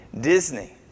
Disney